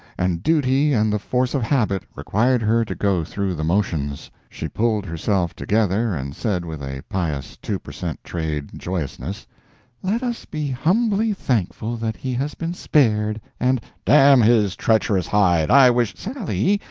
and duty and the force of habit required her to go through the motions. she pulled herself together and said, with a pious two-per-cent. trade joyousness let us be humbly thankful that he has been spared and damn his treacherous hide, i wish sally!